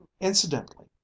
Incidentally